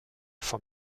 vom